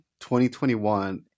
2021